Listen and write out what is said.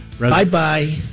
Bye-bye